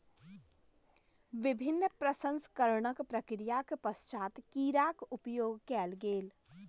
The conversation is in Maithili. विभिन्न प्रसंस्करणक प्रक्रिया के पश्चात कीड़ा के उपयोग कयल गेल